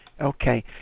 Okay